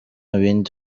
bindi